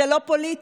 זה לא פוליטי,